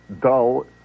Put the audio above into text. dull